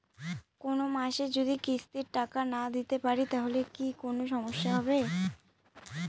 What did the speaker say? কোনমাসে যদি কিস্তির টাকা না দিতে পারি তাহলে কি কোন সমস্যা হবে?